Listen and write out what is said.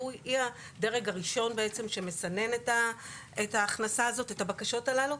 שהיא הדרג הראשון שמסנן את הבקשות שללו.